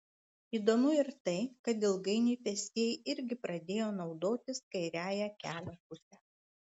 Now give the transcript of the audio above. įdomu ir tai kad ilgainiui pėstieji irgi pradėjo naudotis kairiąja kelio puse